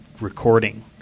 recording